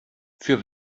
für